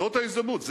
זו ההזדמנות.